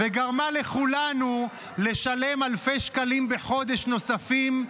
וגרמה לכולנו לשלם אלפי שקלים נוספים בחודש,